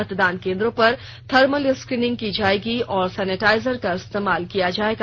मतदान केन्द्रों पर थर्मल स्क्रीनिंग की जाएगी और सेनेटाइजर का इस्तेमाल किया जाएगा